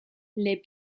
les